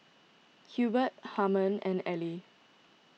Hubert Harmon and Ellie